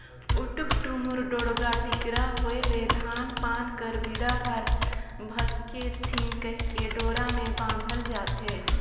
उटुक टुमुर, ढोड़गा टिकरा होए ले धान पान कर बीड़ा हर भसके झिन कहिके डोरा मे बाधल जाथे